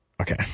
Okay